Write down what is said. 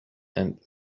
and